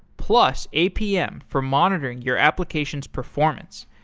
plus, apm for monitoring your application's performance.